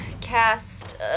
cast